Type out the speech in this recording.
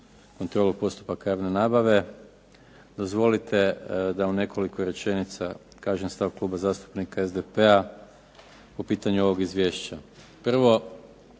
kontrolu postupaka javne nabave. Dozvolite da u nekoliko rečenica kažem stav Kluba zastupnika SDP-a po pitanju ovog izvješća.